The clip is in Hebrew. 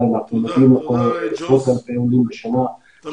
אנחנו מביאים לפה עשרות אלפי יהודים בשנה --- תודה,